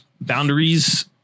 boundaries